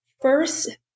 first